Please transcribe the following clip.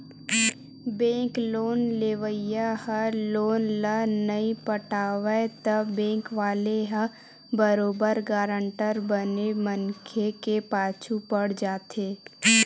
bank loan लेवइया ह loan ल नइ पटावय त बेंक वाले ह बरोबर गारंटर बने मनखे के पाछू पड़ जाथे